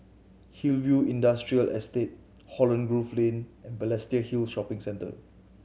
Hillview Industrial Estate Holland Grove Lane and Balestier Hill Shopping Centre